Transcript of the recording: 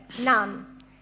None